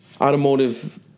automotive